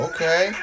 Okay